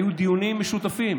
היו דיונים משותפים